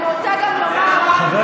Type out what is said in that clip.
תתמוך בטרור בחוץ.